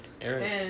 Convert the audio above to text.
Eric